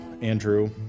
Andrew